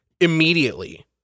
immediately